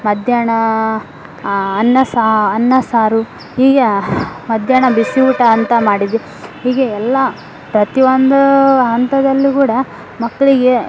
ಮಧ್ಯಾಹ್ನ ಅನ್ನ ಸಾ ಅನ್ನ ಸಾರು ಹೀಗೆ ಮಧ್ಯಾಹ್ನ ಬಿಸಿ ಊಟ ಅಂತ ಮಾಡಿದೆ ಹೀಗೆ ಎಲ್ಲ ಪ್ರತಿ ಒಂದು ಹಂತದಲ್ಲೂ ಕೂಡ ಮಕ್ಕಳಿಗೆ